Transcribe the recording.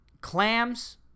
clams